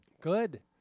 Good